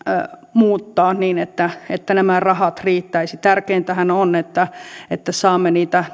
muuttaa niin että että nämä rahat riittäisivät tärkeintähän on että että saamme niitä